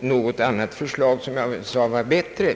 något annat förslag som jag ansåg vara bättre.